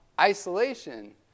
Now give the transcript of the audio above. isolation